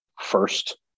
first